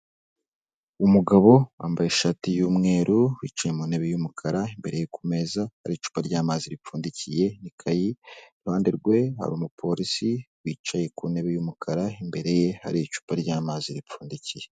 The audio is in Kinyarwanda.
Umugabo wambaye ishati y'umweru wicaye mu ntebe y'umukara, imbere ku meza hari icupa ry'amazi ripfundikiye n'ikayi, iruhande rwe hari umupolisi wicaye ku ntebe y'umukara, imbere ye hari icupa ry'amazi ripfundikiye.